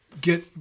get